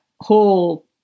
whole